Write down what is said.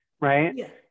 right